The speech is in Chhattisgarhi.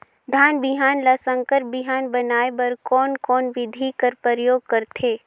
धान बिहान ल संकर बिहान बनाय बर कोन कोन बिधी कर प्रयोग करथे?